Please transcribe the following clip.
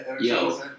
yo